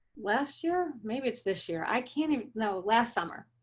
last year, maybe it's this year. i can't know last summer.